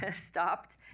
stopped